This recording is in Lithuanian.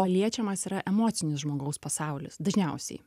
o liečiamas yra emocinis žmogaus pasaulis dažniausiai